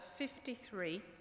53